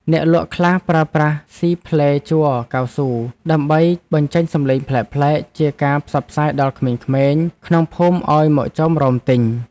អ្នកលក់ខ្លះប្រើប្រាស់ស៊ីផ្លែជ័រកៅស៊ូ ដើម្បីបញ្ចេញសំឡេងប្លែកៗជាការផ្សព្វផ្សាយដល់ក្មេងៗក្នុងភូមិឱ្យមកចោមរោមទិញ។